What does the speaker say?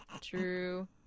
True